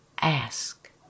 ask